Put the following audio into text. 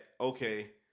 okay